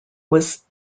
was